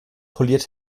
poliert